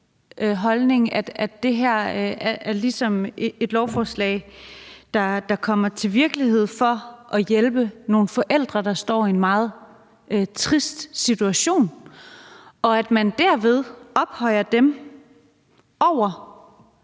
at det her lovforslag har til formål at hjælpe nogle forældre, der står i en meget trist situation, og at man derved prioriterer